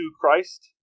Christ